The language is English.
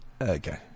Okay